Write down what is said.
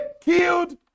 killed